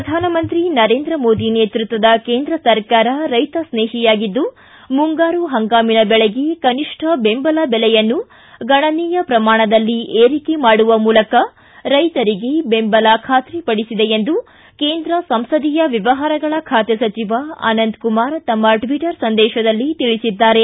ಪ್ರಧಾನಮಂತ್ರಿ ನರೇಂದ್ರ ಮೋದಿ ನೇತೃತ್ವದ ಕೇಂದ್ರ ಸರ್ಕಾರ ರೈತ ಸ್ನೇಹಿಯಾಗಿದ್ದು ಮುಂಗಾರು ಪಂಗಾಮಿನ ಬೆಳೆಗೆ ಕನಿಷ್ಟ ಬೆಂಬಲ ಬೆಲೆಯನ್ನು ಗಣನೀಯ ಪ್ರಮಾಣದಲ್ಲಿ ಏರಿಕೆ ಮಾಡುವ ಮೂಲಕ ರೈತರಿಗೆ ಬೆಂಬಲ ಖಾತ್ರಿಪಡಿಸಿದೆ ಎಂದು ಕೇಂದ್ರ ಸಂಸದೀಯ ವ್ಯವಹಾರಗಳ ಖಾತೆ ಸಚಿವ ಅನಂತ್ ಕುಮಾರ್ ತಮ್ಮ ಟ್ವಿಟರ್ ಸಂದೇಶದಲ್ಲಿ ತಿಳಿಸಿದ್ದಾರೆ